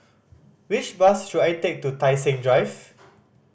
which bus should I take to Tai Seng Drive